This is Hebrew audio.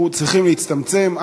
אנחנו צריכים להצטמצם.